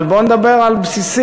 אבל בוא נדבר על בסיסים,